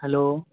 hello